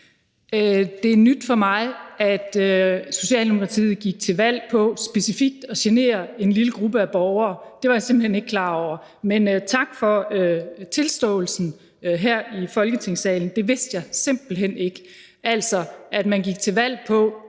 Det er nyt for mig, at Socialdemokratiet gik til valg på specifikt at genere en lille gruppe borgere. Det var jeg simpelt hen ikke klar over. Men tak for tilståelsen her i Folketingssalen. Jeg vidste det simpelt hen ikke. Man gik altså til valg på